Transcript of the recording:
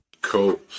Cool